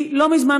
לא מזמן,